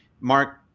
Mark